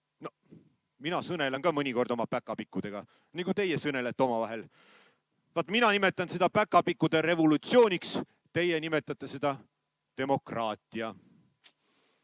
Mina sõnelen ka mõnikord oma päkapikkudega, nagu teie sõnelete omavahel. Vaat mina nimetan seda päkapikkude revolutsiooniks, teie nimetate seda demokraatiaks.